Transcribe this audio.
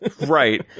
right